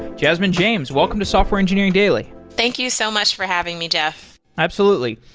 jasmine james, welcome to software engineering daily thank you so much for having me, jeff absolutely.